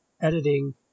editing